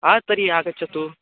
हा तर्हि आगच्छतु